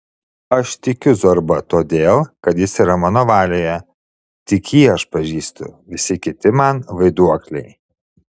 aš tikiu zorba todėl kad jis yra mano valioje tik jį aš pažįstu visi kiti man vaiduokliai